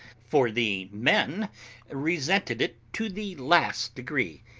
for the men resented it to the last degree,